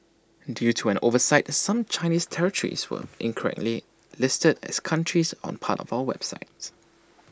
due to an oversight some Chinese territories were incorrectly listed as countries on parts of our website